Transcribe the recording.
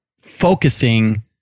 focusing